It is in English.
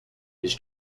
his